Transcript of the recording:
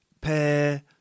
pair